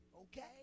okay